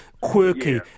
quirky